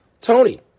Tony